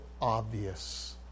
obvious